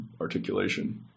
articulation